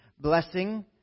blessing